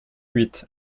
huit